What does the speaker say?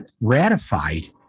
ratified